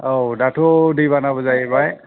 औ दाथ' दैबानाबो जाहैबाय